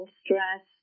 stress